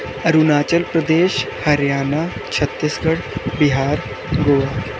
Arunachal Pradesh Haryana Chhattisgarh Bihar Goa